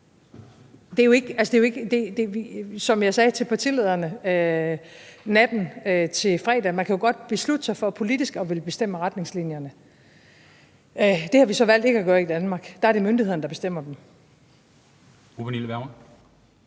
Som jeg sagde til partilederne natten til fredag, kan man jo godt beslutte sig for politisk at ville bestemme retningslinjerne. Det har vi så valgt ikke at gøre i Danmark; der er det myndighederne, der bestemmer dem.